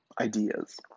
ideas